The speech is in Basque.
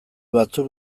batzuk